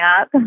up